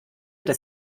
des